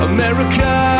America